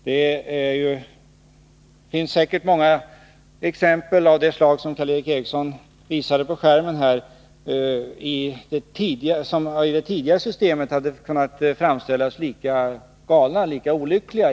Det finns säkert många exempel av det slag som Karl Erik Eriksson visade på bildskärmen som i det tidigare systemet hade kunnat framställas som lika olyckliga.